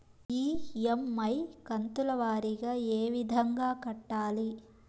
EMI కంతుల వారీగా ఏ విధంగా కట్టాలి